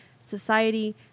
society